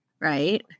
Right